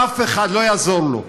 אף אחד, לא יעזור לו.